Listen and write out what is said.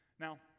Now